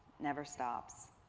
never stops